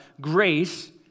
grace